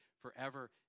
forever